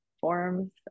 forms